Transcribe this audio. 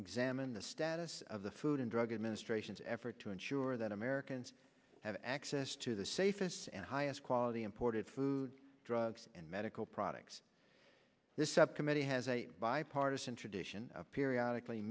examine the status of the food and drug administration's effort to ensure that americans have access to the safest and highest quality imported foods drugs and medical products this subcommittee has a bipartisan tradition of periodically